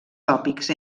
tòpics